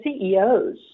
CEOs